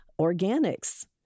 organics